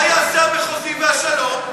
מה יעשה המחוזי והשלום?